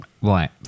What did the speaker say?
Right